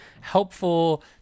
helpful